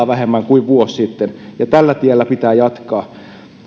vähemmän kuin vuosi sitten ja tällä tiellä pitää jatkaa